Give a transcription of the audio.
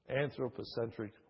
anthropocentric